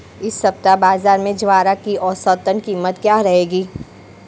इस सप्ताह बाज़ार में ज्वार की औसतन कीमत क्या रहेगी?